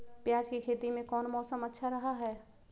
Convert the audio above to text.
प्याज के खेती में कौन मौसम अच्छा रहा हय?